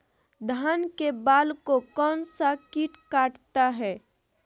धान के बाल को कौन सा किट काटता है?